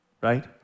right